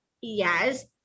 Yes